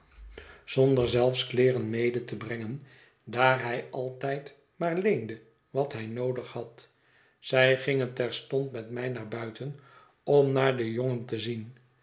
der zelfs kleeren mede te brengen daar hij altijd maar leende wat hij noodig had zij gingen terstond met mij naar buiten om naar den jongen te zien